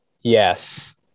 Yes